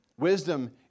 Wisdom